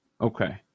Okay